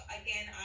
again